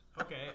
Okay